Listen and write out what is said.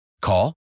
Call